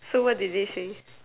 so what did they say